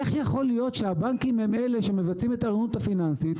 איך יכול להיות שהבנקים הם אלה שמבצעים את האוריינות הפיננסית?